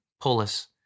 polis